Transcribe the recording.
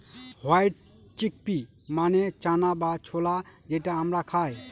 white chickpea মানে চানা বা ছোলা যেটা আমরা খায়